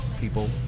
people